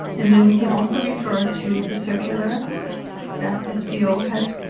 and then we can also refer to the circular that ah spo has